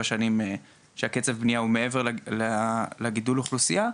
שנים שהקצב נהיה מעבר לגידול האוכלוסייה,